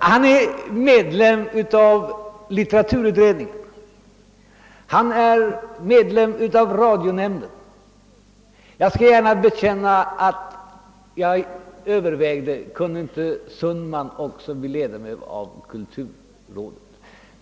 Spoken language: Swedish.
är medlem av litteraturutredningen och han är medlem av radionämnden. Jag skall gärna erkänna att jag övervägde, om inte herr Sundman också kunde bli medlem av kulturrådet.